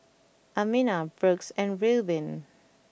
Amina Brooks and Reubin